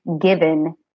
given